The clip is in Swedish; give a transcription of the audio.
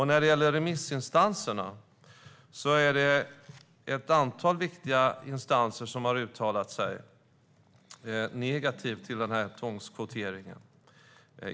När det gäller remissinstanserna har ett antal viktiga instanser uttalat sig negativt om tvångskvoteringen.